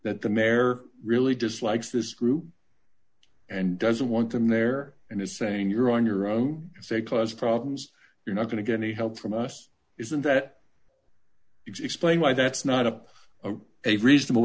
that the mayor really dislikes this group and doesn't want them there and is saying you're on your own if they cause problems you're not going to get any help from us isn't that explain why that's not up a a reasonable